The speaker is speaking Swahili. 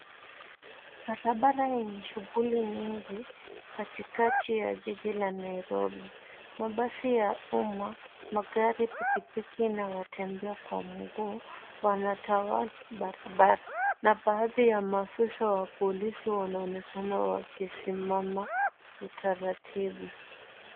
Barabara yenye shughuli nyingi katikati ya jiji la Nairobi. Mabasi ya umma, magari, pikipiki na watembea kwa mguu wanatawala barabara. Na baadhi ya maofisa wa polisi wanaonekana wakisimama utaratibu.